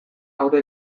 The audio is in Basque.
aurre